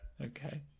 Okay